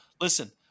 Listen